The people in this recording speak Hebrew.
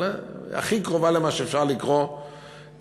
אבל הכי קרובה למה שאפשר לקרוא דמוקרטיה.